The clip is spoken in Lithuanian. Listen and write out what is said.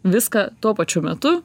viską tuo pačiu metu